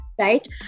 right